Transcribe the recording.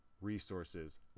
resources